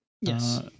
Yes